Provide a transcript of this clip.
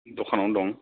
दखान आवनो दं